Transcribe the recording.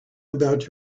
about